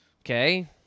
Okay